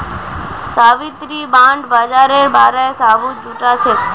Savitri bond बाजारेर बारे सबूत जुटाछेक